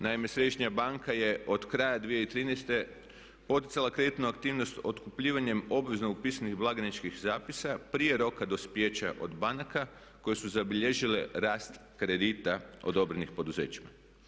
Naime, Središnja banka je od kraja 2013. poticala kreditnu aktivnost otkupljivanjem obvezno upisanih blagajničkih zapisa prije roka dospijeća od banaka koje su zabilježile rast kredita odobrenih poduzećima.